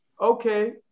Okay